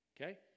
okay